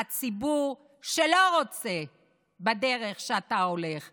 הציבור שלא רוצה בדרך שאתה הולך בה,